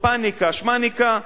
פניקה שמניקה,